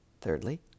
Thirdly